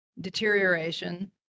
deterioration